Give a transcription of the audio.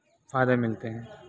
فائدے ملتے ہیں